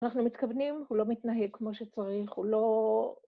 אנחנו מתכוונים, הוא לא מתנהג כמו שצריך, הוא לא...